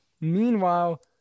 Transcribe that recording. meanwhile